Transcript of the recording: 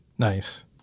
Nice